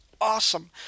awesome